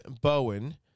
Bowen